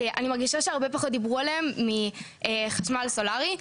שאני מרגישה שהרבה פחות דיברו עליהם מחשמל סולרי,